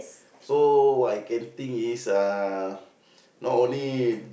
so I can think is uh not only